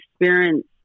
experience